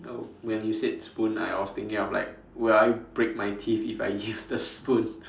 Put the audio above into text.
oh when you said spoon I was thinking of like would I break my teeth if I use the spoon